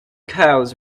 cows